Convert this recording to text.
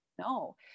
no